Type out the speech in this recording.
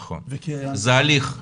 נכון, זה הליך,